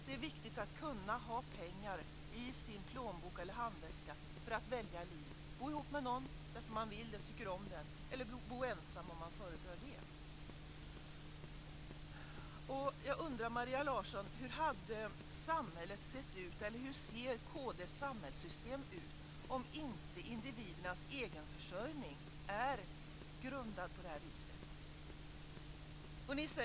Det är viktigt att kunna ha pengar i sin plånbok eller handväska för att välja liv: att bo ihop med någon därför att man vill det och tycker om honom eller henne eller att bo ensam om man föredrar det. Jag undrar, Maria Larsson, hur kd:s samhällssystem ser ut om inte individernas egenförsörjning är grundad på det här viset.